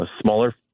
smaller